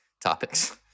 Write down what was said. topics